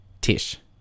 Tish